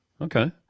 Okay